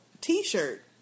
t-shirt